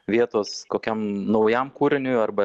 vietos kokiam naujam kūriniui arba